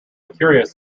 curious